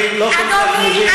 פעם ראשונה באותו בית,